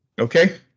Okay